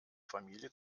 familie